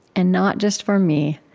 and not just for me,